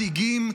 מדאיגים,